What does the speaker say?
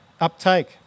Uptake